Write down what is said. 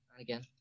again